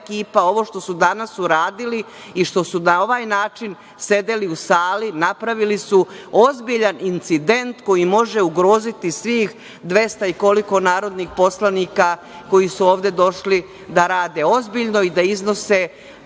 ovo što su danas uradili i što su na ovaj način sedeli u sali napravili su ozbiljan incident koji može ugroziti svih 200 i koliko narodnih poslanika koji su ovde došli da rade ozbiljno i da iznose